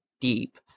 deep